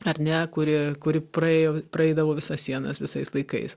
ar ne kuri kuri praėjo praeidavo visas sienas visais laikais